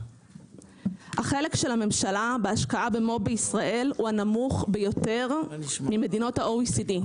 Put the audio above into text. החלק של הממשלה בהשקעה במו"פ בישראל הוא הנמוך ביותר במדינות ה-OECD.